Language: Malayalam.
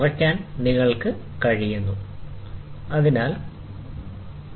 ഇപ്പോൾ എനിക്ക് ലഭിച്ചത് 33 ° 9' 15 " കോണാണ്